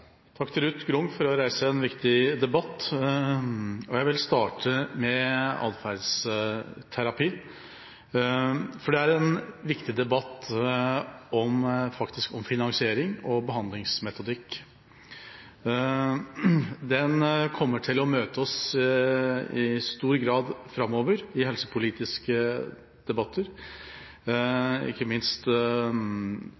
til Ruth Grung for å reise en viktig debatt. Jeg vil starte med atferdsterapi, for der er det en viktig debatt om finansiering og behandlingsmetodikk. Den kommer til å møte oss i stor grad framover i helsepolitiske debatter, ikke minst